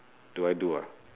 do I do ah